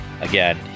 again